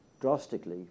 drastically